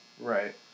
Right